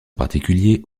particulier